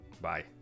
Bye